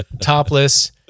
topless